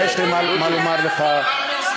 תן לי לומר את דברי.